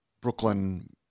Brooklyn